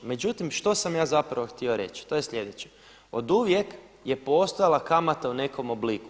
Međutim što sam ja zapravo htio reći, to je sljedeće, oduvijek je postojala kamata u nekom obliku.